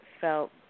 felt